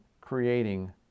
creating